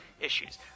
issues